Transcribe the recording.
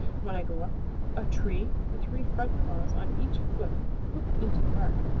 when i go up a tree the three front claws on each foot hook into the bark.